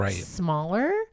smaller